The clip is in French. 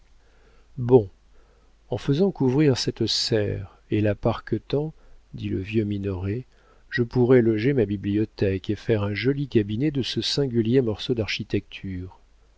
bon en faisant couvrir cette serre et la parquetant dit le vieux minoret je pourrais loger ma bibliothèque et faire un joli cabinet de ce singulier morceau d'architecture